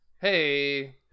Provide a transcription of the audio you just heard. Hey